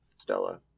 Stella